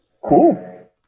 Cool